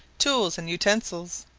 tools, and utensils.